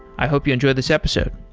i hope you enjoyed this episode